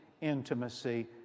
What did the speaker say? intimacy